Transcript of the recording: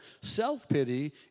Self-pity